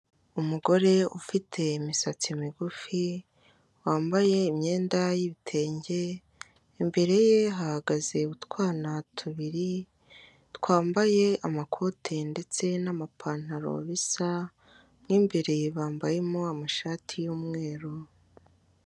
Umugore ufite imisatsi migufi wambaye imyenda y'ibitenge, imbere ye hahagaze utwana tubiri twambaye amakote ndetse n'amapantaro bisa, mu imbere bambayemo amashati y'umweru.